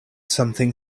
something